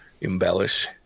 embellish